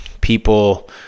people